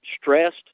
stressed